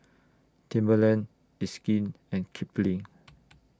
Timberland It's Skin and Kipling